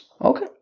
Okay